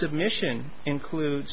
submission includes